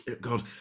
God